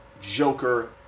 Joker